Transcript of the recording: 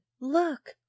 look